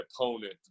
opponent